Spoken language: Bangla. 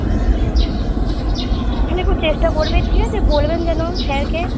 হ্যাঁ তাহলে একটু চেষ্টা করবে ঠিক আছে বলবেন যেন স্যারকে